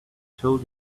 told